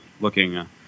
looking